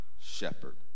shepherd